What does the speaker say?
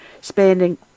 spending